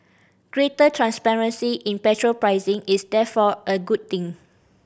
greater transparency in petrol pricing is therefore a good thing